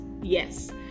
Yes